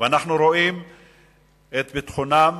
ואנחנו רואים את ביטחונם